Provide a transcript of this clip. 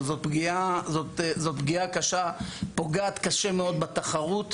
זאת פגיעה קשה, פגיעה שפוגעת קשה מאוד בתחרות,